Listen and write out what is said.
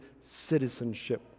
citizenship